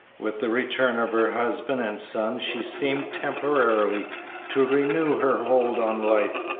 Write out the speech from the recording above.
with the return of her husband and son she seemed temporarily to renew her hold on life,